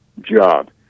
job